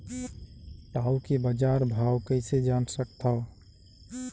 टाऊ के बजार भाव कइसे जान सकथव?